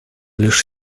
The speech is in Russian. лишь